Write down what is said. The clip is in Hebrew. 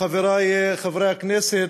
חברי חברי הכנסת,